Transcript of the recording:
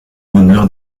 honneur